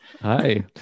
Hi